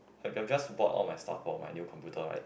I just bought all my stuff for my new computer right